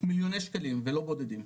מיליוני שקלים ולא בודדים.